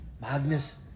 Magnus